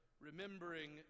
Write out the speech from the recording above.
remembering